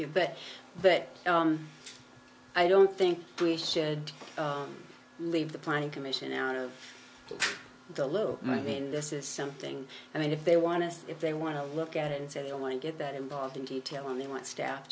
too but but i don't think we should leave the planning commission out of the low i mean this is something i mean if they want to if they want to look at it and say they don't want to get that involved in detail and they want staff